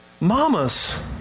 Mamas